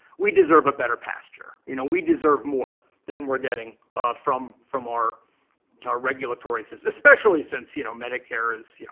we deserve a better pasture. you know, we deserve more than we're getting from from our our regulatory system, especially since you know medicare is yeah